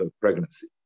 pregnancy